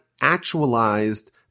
actualized